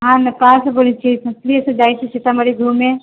हाँ मक्का सऽ बोलै छियै सोचली कि जाय छी सीतामढ़ी घूमे